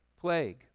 plague